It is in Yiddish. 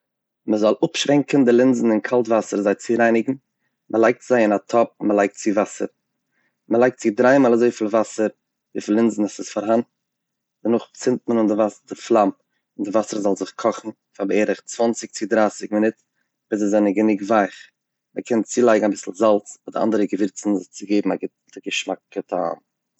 מ'זאל אפשווענקן די לינזן אין קאלט וואסער זיי צו רייניגן, מ'לייגט זיי אין א טאפ, מ'לייגט צו וואסער, מ'לייגט צו דריי מאל אזוי פיל וואסער וויפיל לינזן עס איז פארהאן, דערנאך צינדט מען אן די פלאם די וואסער זאל זיך קאכן פאר בערך צוואנציג צו דרייסיג מינוט ביז זיי זענען גענוג ווייעך, מ'קען צולייגן אביסל זאלץ אדער אנדערע געווירצן עס צו געבן א גוטע געשמאקע טעם.